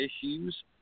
issues